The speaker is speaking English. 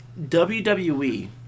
WWE